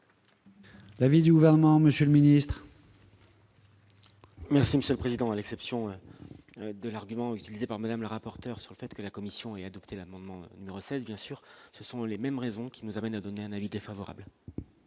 L'avis du gouvernement, Monsieur le Ministre. Merci Monsieur le Président, à l'exception de l'argument utilisé par Madame le rapporteur sur le fait que la Commission et adoptées, l'amendement grossesse bien sûr ce sont les mêmes raisons qui nous amène à donner un avis défavorable.